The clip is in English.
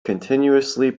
continuously